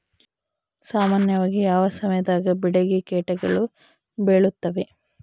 ಸಾಮಾನ್ಯವಾಗಿ ಯಾವ ಸಮಯದಾಗ ಬೆಳೆಗೆ ಕೇಟಗಳು ಬೇಳುತ್ತವೆ?